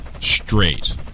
straight